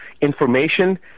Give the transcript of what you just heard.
information